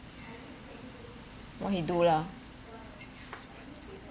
what you do lah